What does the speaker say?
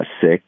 Sick